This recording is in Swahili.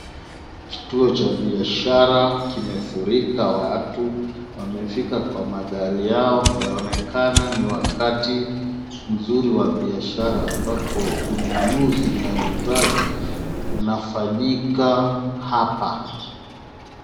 Tuo cha biashara kimefurika watu. Wamefika kwa magari yao. Yaonekana ni wakati mzuri wa biashara ambapo ununuzi na uuzaji unafanyika hapa.